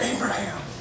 Abraham